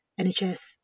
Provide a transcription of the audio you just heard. nhs